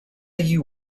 you